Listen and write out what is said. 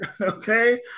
okay